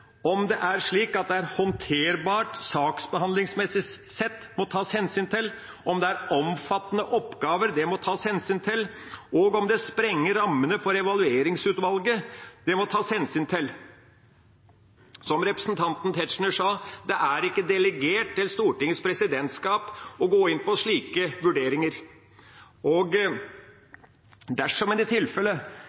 Om det er slik at det er håndterbart saksbehandlingsmessig sett, må tas hensyn til, om det er omfattende oppgaver, må tas hensyn til, og om det sprenger rammene for Evalueringsutvalget, må tas hensyn til. Som representanten Tetzschner sa, det er ikke delegert til Stortingets presidentskap å gå inn på slike vurderinger. Dersom en